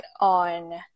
on